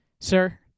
Sir